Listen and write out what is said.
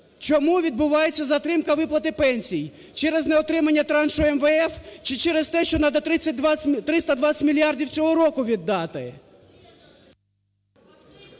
Чому відбувається затримка виплати пенсій? Через неотримання траншу МВФ чи через те, що треба 320 мільярдів цього року віддати?